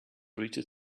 reached